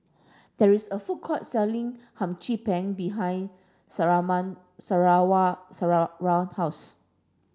there is a food court selling Hum Chim Peng behind house